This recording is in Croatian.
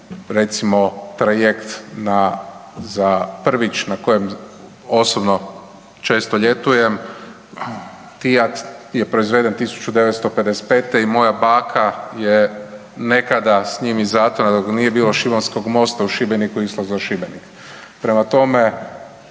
Recimo, trajekt za Prvić na kojem osobno često ljetujem, Tijat je proizveden 1955. i moja baka je nekada, s njim iz Zatona dok nije bilo Šibenskog mosta u Šibeniku išla za Šibenik. Prema tome,